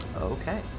Okay